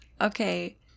Okay